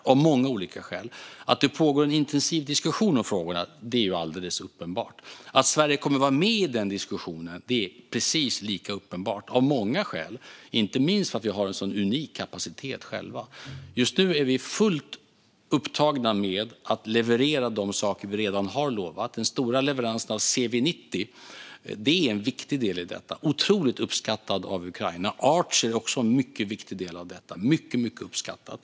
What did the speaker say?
Det finns många olika skäl till detta. Det pågår en intensiv diskussion om frågorna; det är alldeles uppenbart. Det är precis lika uppenbart att Sverige kommer att vara med i den diskussionen, av många skäl, inte minst för att vi har en sådan unik kapacitet själva. Just nu är vi fullt upptagna med att leverera de saker vi redan har lovat. Den stora leveransen av CV90 är en viktig del i detta. Den är otroligt uppskattad av Ukraina. Archer är också en viktig del i detta och mycket uppskattad.